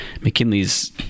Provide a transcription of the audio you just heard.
McKinley's